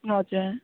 हजुर